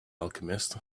alchemist